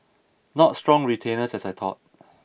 not strong retainers as I thought